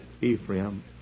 Ephraim